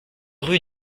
rue